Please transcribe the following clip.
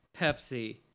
Pepsi